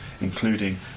including